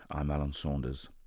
i'm alan saunders.